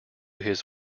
his